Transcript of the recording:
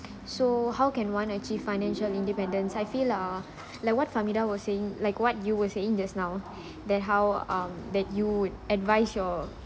so how can one achieve financial independence I feel lah like what farmida was saying like what you were saying just now that how um that you would advice your